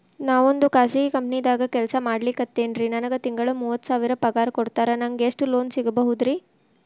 ನಾವೊಂದು ಖಾಸಗಿ ಕಂಪನಿದಾಗ ಕೆಲ್ಸ ಮಾಡ್ಲಿಕತ್ತಿನ್ರಿ, ನನಗೆ ತಿಂಗಳ ಮೂವತ್ತು ಸಾವಿರ ಪಗಾರ್ ಕೊಡ್ತಾರ, ನಂಗ್ ಎಷ್ಟು ಲೋನ್ ಸಿಗಬೋದ ರಿ?